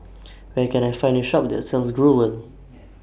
Where Can I Find A Shop that sells Growell